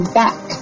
back